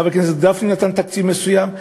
חבר הכנסת גפני נתן תקציב מסוים,